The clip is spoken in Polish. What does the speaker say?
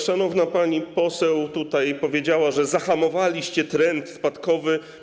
Szanowna pani poseł tutaj powiedziała, że zahamowaliście trend spadkowy.